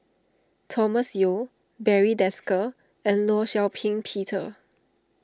Thomas Yeo Barry Desker and Law Shau Ping Peter